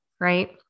right